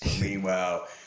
Meanwhile